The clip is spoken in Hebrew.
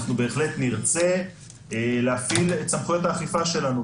אנחנו בהחלט נרצה להפעיל את סמכויות האכיפה שלנו,